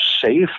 safe